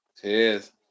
Cheers